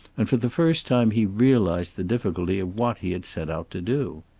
and for the first time he realized the difficulty of what he had set out to do.